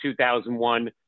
2001